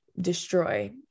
destroy